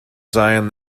zion